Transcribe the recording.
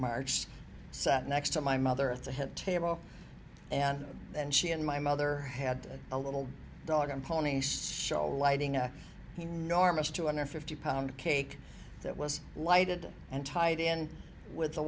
march sat next to my mother at the head table and then she and my mother had a little dog and pony show lighting up the normal two hundred fifty pound cake that was lighted and tied in with the